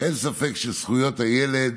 אין ספק שזכויות הילד